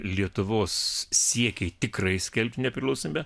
lietuvos siekiai tikrai skelbti nepriklausomybę